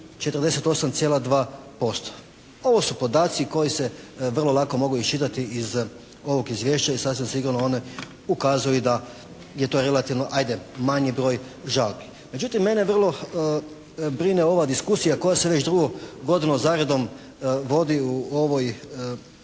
48,2%. Ovo su podaci koji se vrlo lako mogu iščitati iz ovog izvješća i sasvim sigurno one ukazuju i da je to relativno ajde manji broj žalbi. Međutim mene vrlo brine ova diskusija koja se već drugu godinu za redom vodi u ovoj,